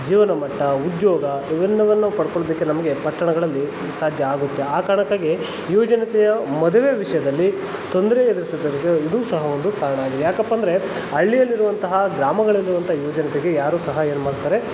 ಜೀವನಮಟ್ಟ ಉದ್ಯೋಗ ಇವೆಲ್ಲವನ್ನು ಪಡ್ಕೊಳೋದಕ್ಕೆ ನಮಗೆ ಪಟ್ಟಣಗಳಲ್ಲಿ ಸಾಧ್ಯ ಆಗುತ್ತೆ ಆ ಕಾರಣಕ್ಕಾಗಿ ಯುವ ಜನತೆಯ ಮದುವೆ ವಿಷಯದಲ್ಲಿ ತೊಂದರೆ ಎದ್ರಿಸೋದಕ್ಕೆ ಇದು ಸಹ ಒಂದು ಕಾರಣ ಆಗಿದೆ ಯಾಕಪ್ಪಾಂದರೆ ಹಳ್ಳಿಯಲ್ಲಿರುವಂತಹ ಗ್ರಾಮಗಳಲ್ಲಿರುವಂಥ ಯುವ ಜನತೆಗೆ ಯಾರು ಸಹ ಏನು ಮಾಡ್ತಾರೆ